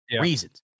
reasons